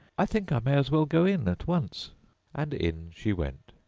i think i may as well go in at once and in she went.